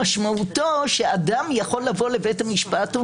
משמעותו שאדם יכול לבוא לבית המשפט,